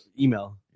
email